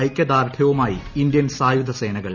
ഐകൃദാർഢൃവുമായി Indian സായുധ സേനകൾ